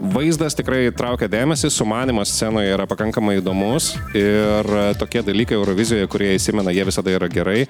vaizdas tikrai traukia dėmesį sumanymas scenoje yra pakankamai įdomus ir tokie dalykai eurovizijoje kurie įsimena jie visada yra gerai